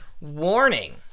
warning